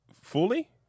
fully